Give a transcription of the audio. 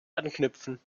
anknüpfen